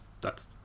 thats